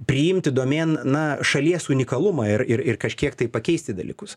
priimti domėn na šalies unikalumą ir ir ir kažkiek tai pakeisti dalykus